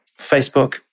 Facebook